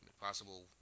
possible